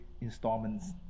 installments